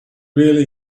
really